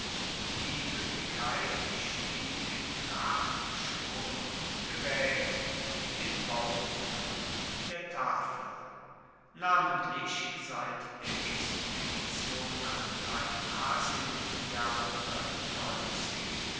die ueppigkeit stieg in tracht schmuck und geraet in den bauten und in der tafel namentlich seit der expedition nach kleinasien im jahre